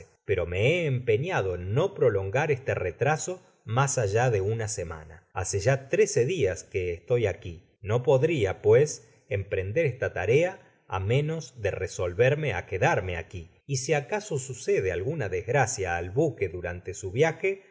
pero me he empeñado en no prolongar este retraso mas allá de una semana hace ya trece dias que estoy aqui no podria pues emprender esta tarea á menos de resolverme á quedarme aqui y si acaso sucede alguna desgraciajal buque durante su viaje me